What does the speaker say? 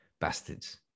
bastards